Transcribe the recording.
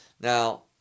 Now